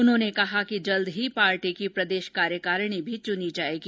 उन्होंने कहा कि जल्द ही पार्टी की प्रदेश कार्यकारिणी भी चुनी जायेगी